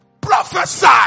Prophesy